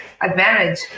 advantage